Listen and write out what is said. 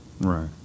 Right